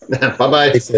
Bye-bye